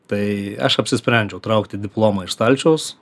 tai aš apsisprendžiau traukti diplomą iš stalčiaus